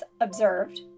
observed